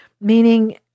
meaning